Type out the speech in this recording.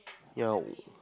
yeah